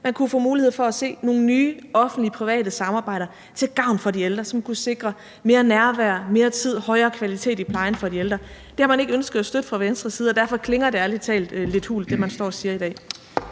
man kunne få mulighed for at se nogle nye offentlig-private samarbejder til gavn for de ældre, som kunne sikre mere nærvær, mere tid, højere kvalitet i plejen de ældre. Det har man ikke ønsket at støtte fra Venstres side, og derfor klinger det, man står og siger i dag,